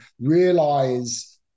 realize